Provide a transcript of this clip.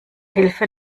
hilfe